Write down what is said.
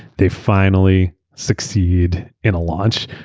they finally succeed in a launch.